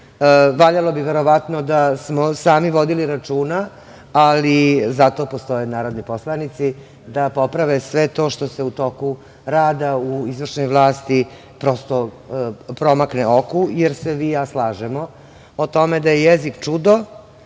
Valjalo bi verovatno da smo sami vodili računa, ali zato postoje narodni poslanici, da poprave sve to što se u toku rada u izvršnoj vlasti, prosto promakne oku jer se vi i ja slažemo po tome da je jezik čudo.